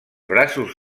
braços